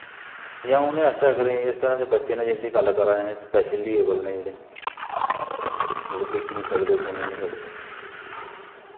जां उनें आस्तै जिस तरां दे बच्चे नै जिन्दी गल्ल करा ने स्पैशली एबल न जेह्ड़े जेह्ड़े दिक्खी नी सकदे सुनी नी सकदे